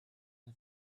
the